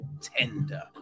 tender